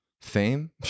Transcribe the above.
fame